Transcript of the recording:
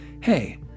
Hey